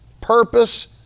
Purpose